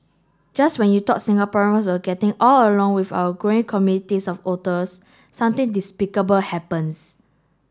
just when you thought Singaporeans were all getting along well with our growing communities of otters something despicable happens